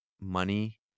money